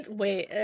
wait